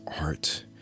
art